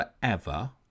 forever